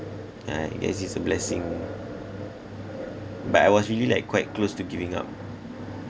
uh I guess it's a blessing but I was really like quite close to giving up